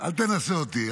אל תנסה אותי.